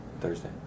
Thursday